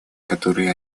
которые